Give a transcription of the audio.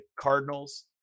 Cardinals